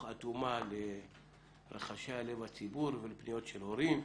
אטומה לרחשי לב הציבור ולפניות של הורים,